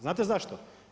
Znate zašto?